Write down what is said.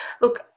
Look